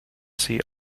see